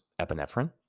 epinephrine